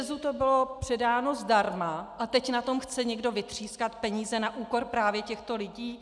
ČEZu to bylo předáno zdarma, a teď na tom chce někdo vytřískat peníze na úkor právě těchto lidí!